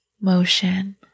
motion